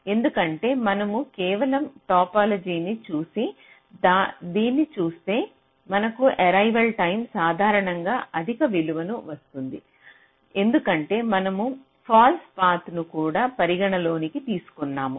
ఎందుకంటే మనము కేవలం టోపోలాజీని చూసి దీన్ని చేస్తే మనకు ఏరైవల్ టైం సాధారణంగా అధిక విలువ వస్తుంది ఎందుకంటే మనము ఫాల్స్ పాత్ను కూడా పరిగణ లోనికి తీసుకొన్నాము